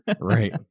Right